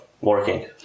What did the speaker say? working